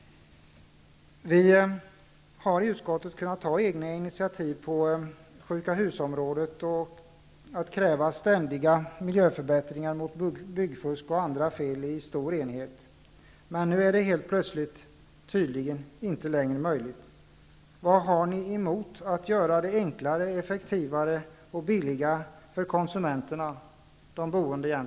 Vi har i utskottet kunnat ta egna initiav på sjukahus-området, och vi har i stor enighet krävt ständiga miljöförbättringar mot byggfusk och andra fel. Men nu är det helt plötsligt inte längre möjligt. Vad har ni emot, Lennart Nilsson, att göra det enklare, effektivare och billigare för konsumenterna, de boende?